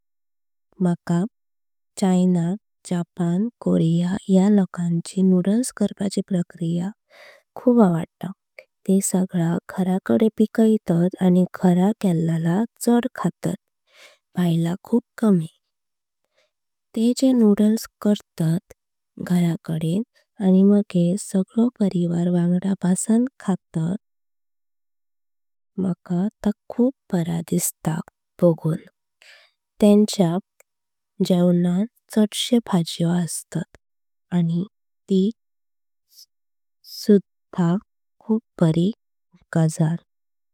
मका न्हु कोरियन लोकांची नोडल्स करपाची। प्रक्रिया खूप आवडता ते सगला घरा कडे। पिकलला आणि घरान केलेला छड खातात। भयला खूप कमी ते जे नोडल्स करतात घरा। कडेन आणि मागे सगळो परिवार वांगडा बसन। खातात मका ता खूप बरा दिसता। बघूंक तेंची हेवनाना छडशे भाजीओ अस्तता आणि। ती सुध्हाक खूप बरी गजाल।